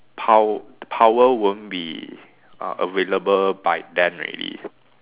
pow~ power won't be uh available by then already